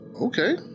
Okay